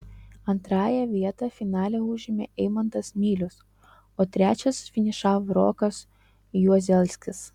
antrąją vietą finale užėmė eimantas milius o trečias finišavo rokas juozelskis